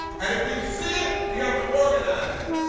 and if we see it, we have to organize in it